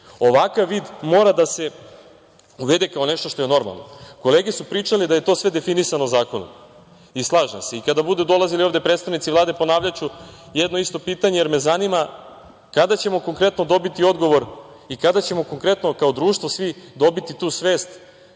Ovakav vid mora da se uvede kao nešto što je normalno. Kolege su pričale da je to sve definisano zakonom i slažem se. Kada budu dolazili ovde predstavnici Vlade, ponavljaću jedno isto pitanje, jer me zanima kada ćemo konkretno dobiti odgovor i kada ćemo konkretno kao društvo svi dobiti tu svest